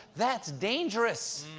that's dangerous,